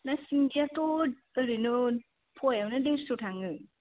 नो सिंगियाथ' ओरैनो फआयावनो देरस थाङो